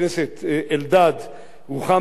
רוחמה אברהם ורוני בר-און,